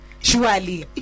Surely